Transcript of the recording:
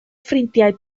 ffrindiau